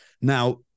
Now